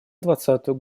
двадцатую